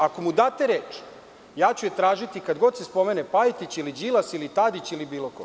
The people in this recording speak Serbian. Ako mu date reč, ja ću je tražiti kad god se spomene Pajtić, ili Đilas, ili Tadić, ili bilo ko.